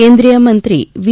કેન્દ્રીય મંત્રી વી